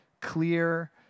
clear